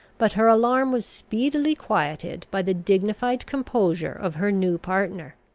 but her alarm was speedily quieted by the dignified composure of her new partner.